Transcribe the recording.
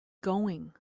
going